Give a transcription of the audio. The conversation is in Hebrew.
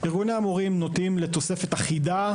ארגוני המורים נוטים לתוספת אחידה